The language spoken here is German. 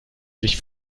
sich